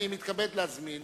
אני מתכבד להזמין